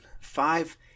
five